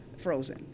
frozen